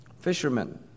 fishermen